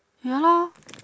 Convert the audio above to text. ya lor